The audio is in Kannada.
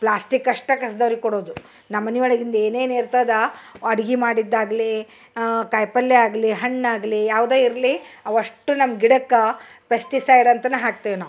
ಪ್ಲಾಸ್ಟಿಕ್ ಅಷ್ಟ ಕಸ್ದವ್ರಿಗೆ ಕೊಡುದು ನಮ್ಮನೆ ಒಳಗಿಂದ ಏನೇನು ಇರ್ತದ ಅಡ್ಗಿ ಮಾಡಿದ್ದಾಗಲಿ ಕಾಯ್ಪಲ್ಯ ಆಗಲಿ ಹಣ್ಣು ಆಗಲಿ ಯಾವ್ದಾ ಇರಲಿ ಅವಷ್ಟು ನಮ್ಮ ಗಿಡಕ್ಕೆ ಪೆಸ್ಟಿಸೈಡ್ ಅಂತನ ಹಾಕ್ತೆವಿ ನಾವು